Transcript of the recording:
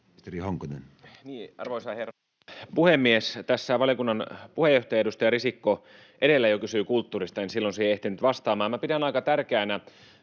Arvoisa herra puhemies! Tässä valiokunnan puheenjohtaja, edustaja Risikko edellä jo kysyi kulttuurista, en silloin siihen ehtinyt vastaamaan. Minä pidän aika tärkeänä